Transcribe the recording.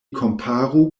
komparu